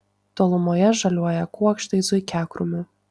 tolumoje žaliuoja kuokštai zuikiakrūmių